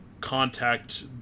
contact